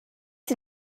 sie